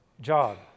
job